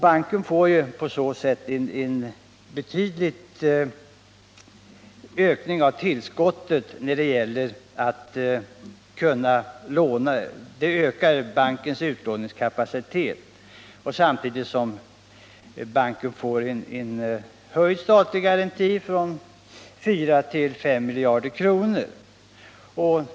Banken får ju med det tillskottet en betydande förstärkning av sin utlåningskapacitet samtidigt som banken får en ökning av den statliga garantin från 4 till 5 miljarder kronor.